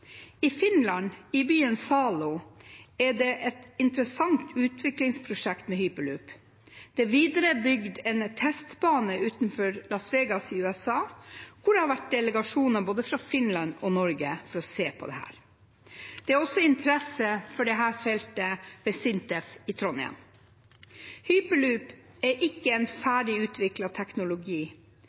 I Finland, i byen Salo, er det et interessant utviklingsprosjekt med hyperloop. Det er videre bygget en testbane utenfor Las Vegas i USA, hvor det har vært delegasjoner fra både Finland og Norge for å se på dette. Det er også interesse for dette feltet ved SINTEF i Trondheim. Hyperloop er ikke en ferdigutviklet teknologi,